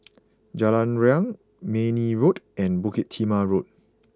Jalan Riang Mayne Road and Bukit Timah Road